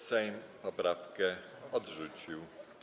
Sejm poprawkę odrzucił.